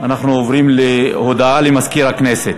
אנחנו עוברים להודעה לסגן מזכירת הכנסת.